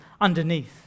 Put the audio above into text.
underneath